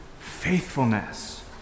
faithfulness